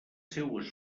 seues